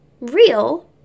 real